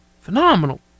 phenomenal